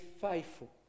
faithful